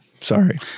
Sorry